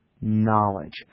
Knowledge